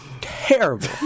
terrible